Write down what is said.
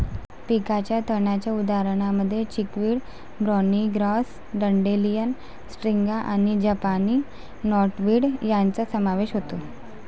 पिकाच्या तणांच्या उदाहरणांमध्ये चिकवीड, बार्नी ग्रास, डँडेलियन, स्ट्रिगा आणि जपानी नॉटवीड यांचा समावेश होतो